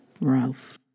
Ralph